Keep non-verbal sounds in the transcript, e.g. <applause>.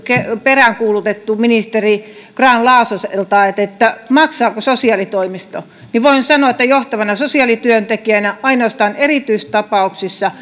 peräänkuulutettu ministeri grahn laasoselta sitä maksaako sosiaalitoimisto voin sanoa johtavana sosiaalityöntekijänä että ainoastaan erityistapauksissa <unintelligible>